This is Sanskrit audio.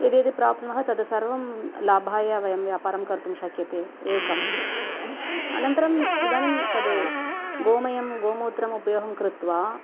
यद्यत् प्राप्नुमः तत्सर्वं लाभाय वयं व्यापारं कर्तुं शक्यते एकं अनन्तरं इदानीं तत् गोमयं गोमूत्रमपि अहं कृत्वा